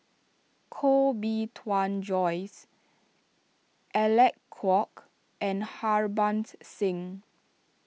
Koh Bee Tuan Joyce Alec Kuok and Harbans Singh